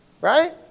Right